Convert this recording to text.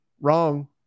wrong